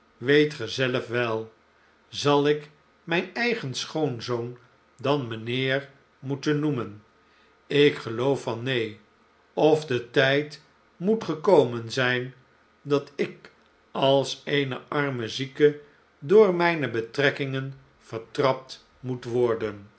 ge zelf wel zal ik mijn eigen schoonzoon dan mijnheer moeten noemen ik geloof van neen of de tijd moet gekomen zijn dat ik als eene arme zieke door mijne betrekkingen vertrapt moet worden